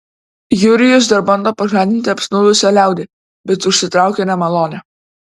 jurijus dar bando pažadinti apsnūdusią liaudį bet užsitraukia nemalonę